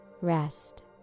Rest